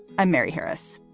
i'm mary harris.